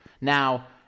Now